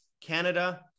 Canada